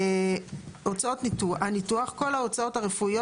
"הוצאות הניתוח" - כל ההוצאות הרפואיות